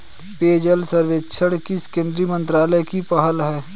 पेयजल सर्वेक्षण किस केंद्रीय मंत्रालय की पहल है?